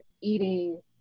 eating